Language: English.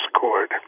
court